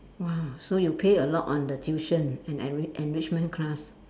!wah! so you pay a lot on the tuition and enri~ enrichment class